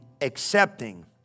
accepting